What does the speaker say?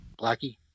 Blackie